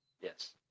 Yes